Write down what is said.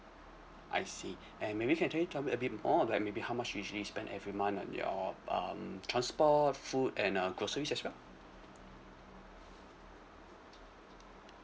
I see and maybe you can tell me~ tell me a bit more like maybe how much you usually spend every month on your um transport food and uh groceries as well